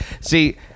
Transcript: see